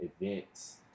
events